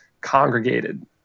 congregated